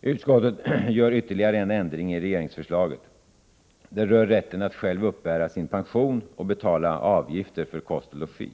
Utskottet gör ytterligare en ändring i regeringsförslaget. Det rör rätten att själv uppbära sin pension och betala avgifter för kost och logi.